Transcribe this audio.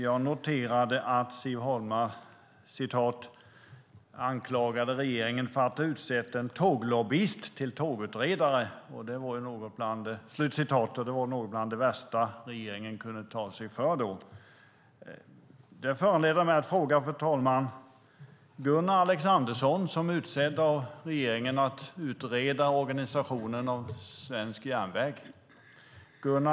Jag noterade att Siv Holma anklagade regeringen för att ha utsett en tåglobbyist till tågutredare och att det var något av det värsta regeringen kunde ta sig för. Fru talman! Gunnar Alexandersson är utsedd av regeringen att utreda organisationen av svensk järnväg.